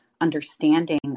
understanding